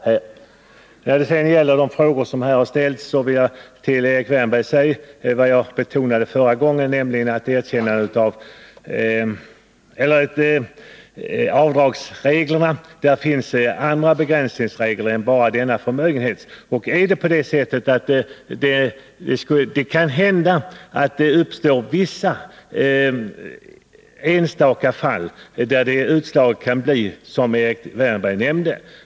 Till Erik Wärnberg vill jag säga vad jag betonade förra gången, nämligen att det i fråga om avdragsreglerna finns andra begränsningsregler än när det gäller förmögenheten. Det kan hända att utslaget i vissa enstaka fall blir det som Erik Wärnberg nämnde.